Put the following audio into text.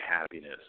happiness